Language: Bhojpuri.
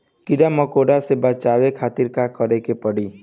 कीड़ा मकोड़ा से बचावे खातिर का करे के पड़ी?